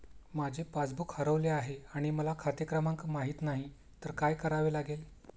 माझे पासबूक हरवले आहे आणि मला खाते क्रमांक माहित नाही तर काय करावे लागेल?